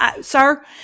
sir